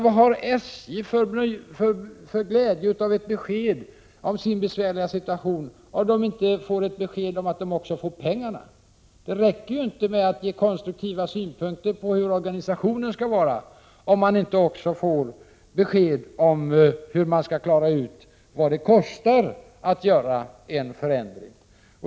Vad har SJ för glädje av besked om sin besvärliga situation, om man inte också får ett besked om att man får pengarna? Det räcker inte med att lägga fram konstruktiva synpunkter på hur organisationen skall se ut, om man inte också lämnar besked om hur SJ skall finansiera en förändring.